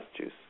juice